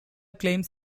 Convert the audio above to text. claims